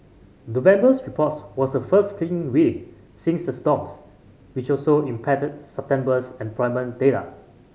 November's reports was the first clean reading since the storms which also impacted September's employment data